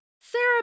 Sarah